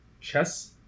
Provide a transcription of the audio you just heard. chess